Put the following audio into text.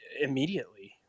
immediately